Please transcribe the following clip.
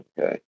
okay